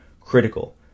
critical